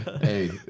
Hey